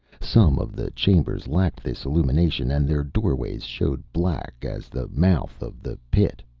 some of the chambers lacked this illumination, and their doorways showed black as the mouth of the pit.